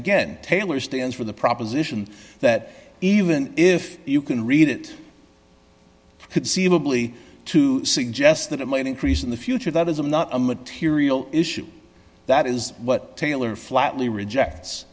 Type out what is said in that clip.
again tailor stands for the proposition that even if you can read it i could see of a bully to suggest that it might increase in the future that is i'm not a material issue that is what taylor flatly rejects